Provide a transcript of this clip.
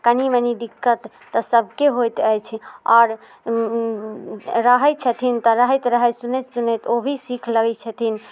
कनी मनी दिक्कत तऽ सबके होइत अछि आओर रहै छथिन तऽ रहैत रहैत सुनैत सुनैत ओ भी सीख लै छथिन